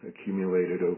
accumulated